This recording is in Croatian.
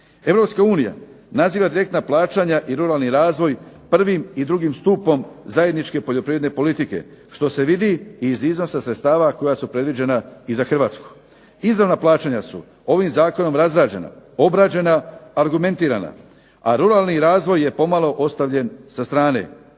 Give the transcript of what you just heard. naziva direktna plaćanja i ruralni razvoj prvim i drugom stupom zajedničke poljoprivredne politike što se vidi i iz iznosa sredstava koja su predviđena i za Hrvatsku. Izravna plaćanja su ovim zakonom razrađena, obrađena, argumentirana, a ruralni razvoj je pomalo ostavljen sa strane.